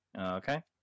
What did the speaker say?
Okay